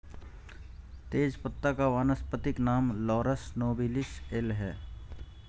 तेजपत्ता का वानस्पतिक नाम लॉरस नोबिलिस एल है